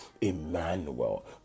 Emmanuel